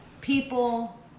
people